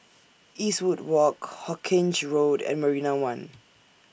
Eastwood Walk Hawkinge Road and Marina one